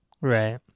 right